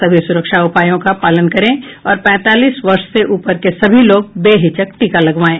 सभी सुरक्षा उपायों का पालन करें और पैंतालीस वर्ष से ऊपर के सभी लोग बेहिचक टीका लगवाएं